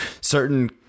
certain